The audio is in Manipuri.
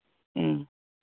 ꯎꯝ